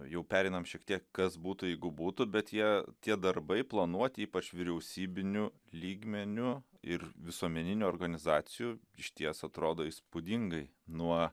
jau pereinam šiek tiek kas būtų jeigu būtų bet jie tie darbai planuoti ypač vyriausybiniu lygmeniu ir visuomeninių organizacijų išties atrodo įspūdingai nuo